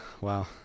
Wow